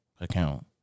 Account